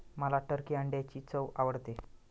मला टर्की अंड्यांची चव आवडते